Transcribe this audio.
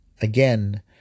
Again